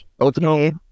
Okay